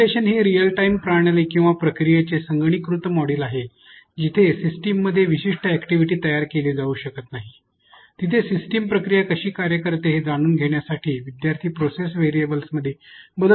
simulation हे प्रत्यक्ष वेळची प्रणाली किंवा प्रक्रियेचे संगणकीकृत मॉडेल आहे जिथे सिस्टममध्ये विशिष्ट अॅक्टिव्हिटी तयार केली जाऊ शकत नाही तिथे सिस्टम प्रक्रिया कशी कार्य करते हे जाणून घेण्यासाठी विद्यार्थी प्रोसेस व्हेरिएबल्समध्ये बदल करू शकतात